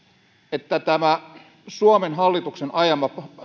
että tämä suomen hallituksen ajama